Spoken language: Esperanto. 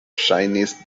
ŝajnis